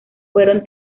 fueron